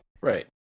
Right